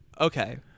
Okay